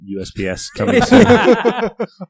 USPS